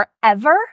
forever